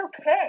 okay